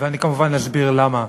ואני כמובן אסביר למה.